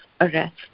arrest